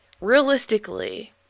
realistically